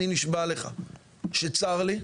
אני נשבע לך שצר לי,